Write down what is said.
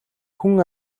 хүн